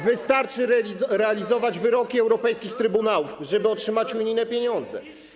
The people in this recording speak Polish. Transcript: Wystarczy realizować wyroki europejskich trybunałów, żeby otrzymać unijne pieniądze.